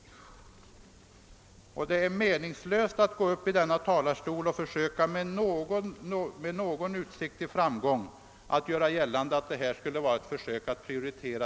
I reservation 4 behandlas Vägplan 1970.